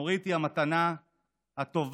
נורית היא המתנה הטובה